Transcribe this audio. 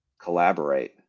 collaborate